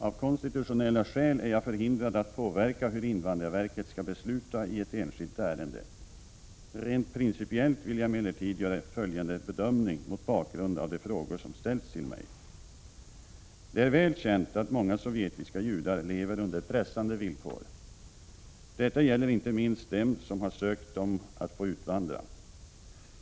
Av konstitutionella skäl är jag förhindrad att påverka hur invandrarverket skall besluta i ett enskilt ärende. Rent principiellt vill jag emellertid göra följande bedömning mot bakgrund av de frågor som ställts till mig. Det är väl känt att många sovjetiska judar lever under pressande villkor. Detta gäller inte minst dem som har ansökt om att få utvandra.